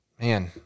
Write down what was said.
man